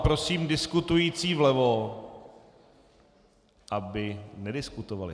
Prosím diskutující vlevo, aby nediskutovali.